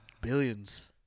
Billions